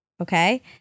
okay